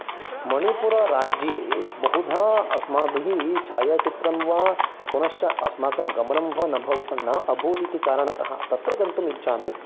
मणिपुरराज्ये बहुधा अस्माभिः छायाचित्रं वा पुनश्च अस्माकं गमनं वा न भौ न अभूत् इति कारणतः तत्र गन्तुम् इच्छामि